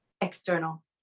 external